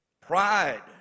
pride